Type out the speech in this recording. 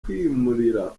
kwimurira